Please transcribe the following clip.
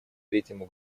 третьему